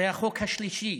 זה החוק השלישי